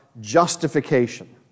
justification